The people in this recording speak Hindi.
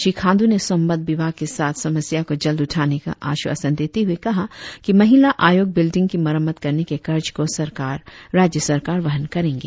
श्री खांडू ने संबद्ध विभाग के साथ समस्या को जल्द उठाने का आश्वासन देते हुए कहा कि महिला आयोग बिल्डिंग की मरम्मत करने के खर्च को राज्य सरकार वहन करेंगे